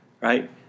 right